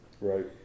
Right